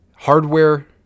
hardware